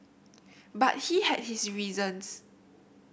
but he had his reasons